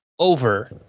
Over